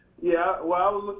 yeah, well